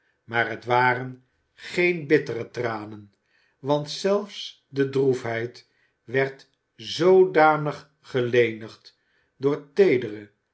maar het waren geen bittere tranen want zelfs de droefheid werd zoodanig gelenigd door